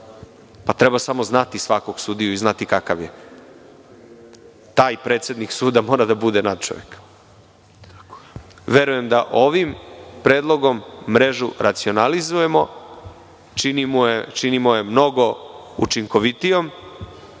Pa, treba samo znati svakog sudiju i znati kakav je. Taj predsednik suda mora da bude natčovek. Verujem da ovim predlogom mrežu racionalizujemo, činimo je mnogo učinkovitijom